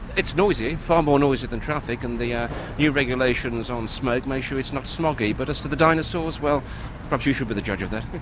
it's noisy. far more noisy than traffic, and the ah new regulations on smoke make sure it's not smoggy, but as to the dinosaurs-well perhaps you should be the judge of that.